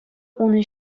унӑн